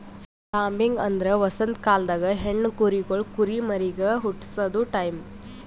lambing ಅಂದ್ರ ವಸಂತ ಕಾಲ್ದಾಗ ಹೆಣ್ಣ ಕುರಿಗೊಳ್ ಕುರಿಮರಿಗ್ ಹುಟಸದು ಟೈಂ